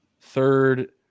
third